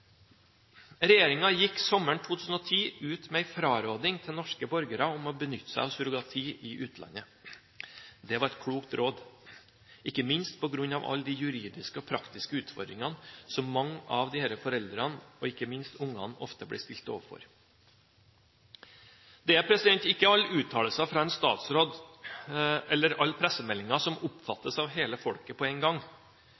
gikk sommeren 2010 ut med en fraråding til norske borgere om å benytte seg av surrogati i utlandet. Det var et klokt råd – ikke minst på grunn av alle de juridiske og praktiske utfordringene som mange av disse foreldrene, og ikke minst barna, ofte blir stilt overfor. Det er ikke alle uttalelser fra en statsråd eller alle pressemeldinger som